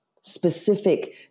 specific